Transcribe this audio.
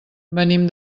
venim